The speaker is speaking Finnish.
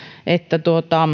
että